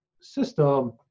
system